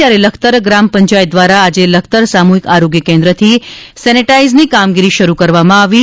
ત્યારે લખતર ગ્રામ પંચાયત દ્વારા આજે લખતર સામુહીક આરોગ્ય કેન્દ્રથી સેનેટાઈઝની કામગીરી શરૂ કરવામાં આવી છે